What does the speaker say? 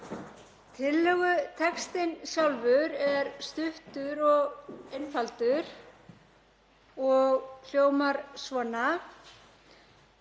Tillögutextinn sjálfur er stuttur og einfaldur og hljómar svona: